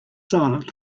silent